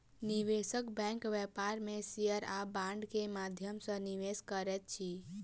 निवेशक बैंक व्यापार में शेयर आ बांड के माध्यम सॅ निवेश करैत अछि